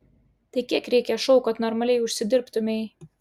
tai kiek reikia šou kad normaliai užsidirbtumei